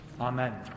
Amen